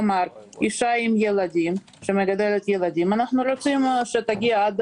כלומר אשה עם ילדים אנו רוצים שתגיע עד